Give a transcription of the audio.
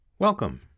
Welcome